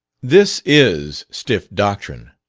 this is stiff doctrine,